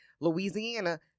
Louisiana